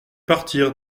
partir